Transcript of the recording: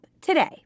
today